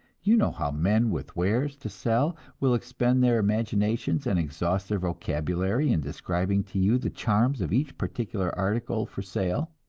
you know how men with wares to sell will expend their imaginations and exhaust their vocabulary in describing to you the charms of each particular article for sale.